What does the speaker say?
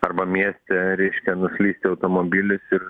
arba mieste reiškia nuslysti automobilis ir